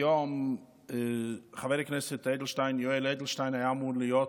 היום חבר הכנסת יואל אדלשטיין היה אמור להיות